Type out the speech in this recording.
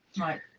Right